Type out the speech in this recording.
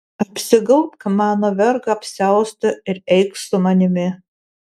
apsigaubk mano vergo apsiaustu ir eik su manimi